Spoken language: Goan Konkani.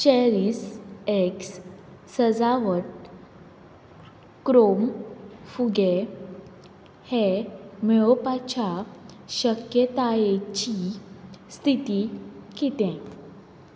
चॅरीस एक्स सजावट क्रोम फुगे हे मेळोवपाच्या शक्यतायेची स्थिती कितें